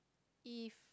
if